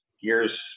years